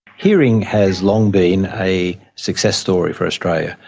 hearing has long been a success story for australia.